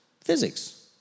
physics